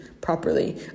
properly